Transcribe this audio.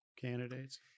candidates